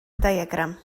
diagram